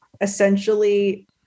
essentially